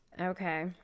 Okay